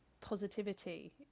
positivity